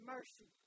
Mercy